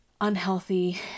unhealthy